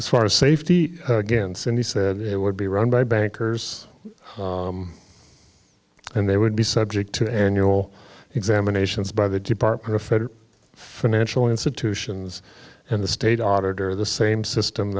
as far as safety against and he said it would be run by bankers and they would be subject to annual examinations by the department of federal financial institutions and the state auditor the same system